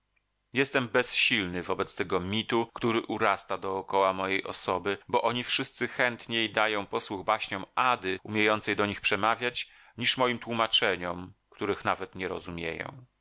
jestem bezsilny wobec tego mitu który urasta dokoła mej osoby bo oni wszyscy chętniej dają posłuch baśniom ady umiejącej do nich przemawiać niż moim tłumaczeniom których nawet nie rozumieją